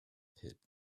pit